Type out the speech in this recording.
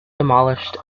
demolished